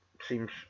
Seems